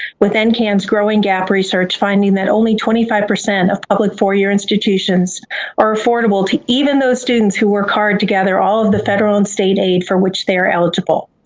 with ah ncan's growing gap research finding that only twenty five percent of public four year institutions are affordable to even those students who work hard to gather all of the federal and state aid for which they are eligible.